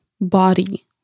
body